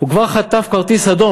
הוא כבר חטף כרטיס אדום,